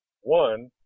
one